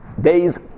days